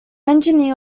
engineer